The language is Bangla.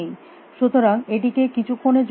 সুতরাং এটিকে কিছুক্ষণের জন্য উপেক্ষা কর